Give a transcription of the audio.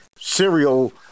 cereal